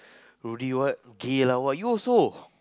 Rodi what gay lah what you also